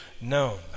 known